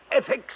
ethics